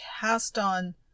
cast-on